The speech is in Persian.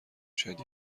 شاید